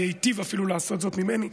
ייטיב אפילו לעשות זאת יותר ממני.